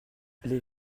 les